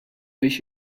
wist